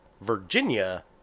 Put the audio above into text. Virginia